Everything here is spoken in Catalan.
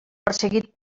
perseguit